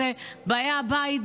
את באי הבית,